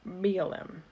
BLM